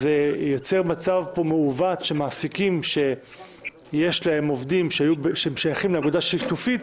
נוצר מצב מעוות שמעסיקים שיש להם עובדים שהם שייכים לאגודה שיתופית